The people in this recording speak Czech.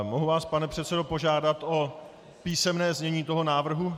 Mohu vás, pane předsedo, požádat o písemné znění toho návrhu?